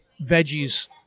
veggies